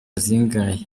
zingahe